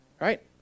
right